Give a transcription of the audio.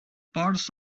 pods